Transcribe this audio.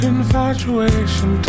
Infatuation